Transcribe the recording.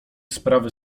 sprawy